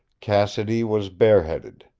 cassidy was bareheaded,